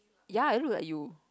ya it look like you